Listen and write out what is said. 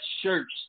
shirts